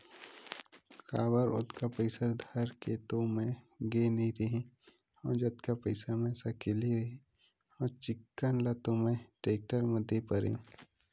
काबर ओतका पइसा धर के तो मैय गे नइ रेहे हव जतका पइसा मै सकले रेहे हव चिक्कन ल तो मैय टेक्टर म दे परेंव